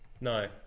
No